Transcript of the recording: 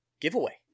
giveaway